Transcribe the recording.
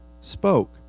spoke